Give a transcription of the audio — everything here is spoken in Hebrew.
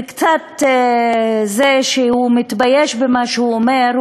עם זה שהוא קצת מתבייש במה שהוא אומר,